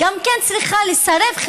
צריכה לסרב גם כן.